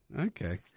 okay